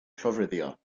llofruddio